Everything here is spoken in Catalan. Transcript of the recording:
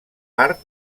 part